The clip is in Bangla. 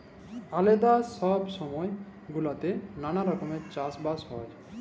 আলেদা ছব ছময় গুলাতে ম্যালা রকমের চাষ বাস হ্যয়